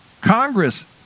Congress